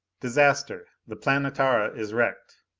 disaster the planetara is wrecked.